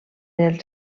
els